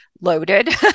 loaded